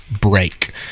break